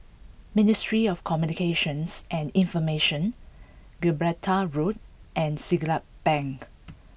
Ministry of Communications and Information Gibraltar Road and Siglap Bank